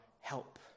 help